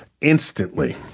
Instantly